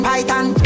Python